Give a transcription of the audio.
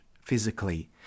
physically